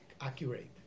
accurate